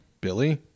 Billy